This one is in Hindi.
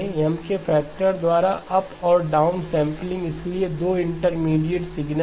M के फैक्टर द्वारा अप और डाउनसैंपलिंग इसलिए दो इंटरमीडिएट सिग्नल है